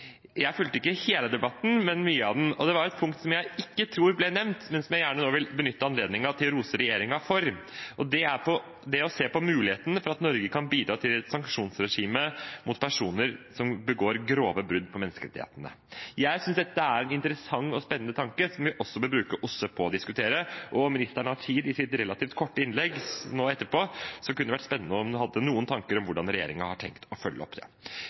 debatten, men mye av den, og det var et punkt som jeg tror ikke ble nevnt, men som jeg nå gjerne vil benytte anledningen til å rose regjeringen for, og det er å se på muligheten for at Norge kan bidra til et sanksjonsregime mot personer som begår grove brudd på menneskerettighetene. Jeg synes dette er en interessant og spennende tanke, som vi også bør bruke OSSE på å diskutere. Om ministeren har tid i sitt relativt korte innlegg nå etterpå, kunne det vært spennende om hun hadde noen tanker om hvordan regjeringen har tenkt å følge det opp. Helt til slutt vil jeg takke alle mine kollegaer i OSSEs delegasjon for et veldig godt samarbeid. Det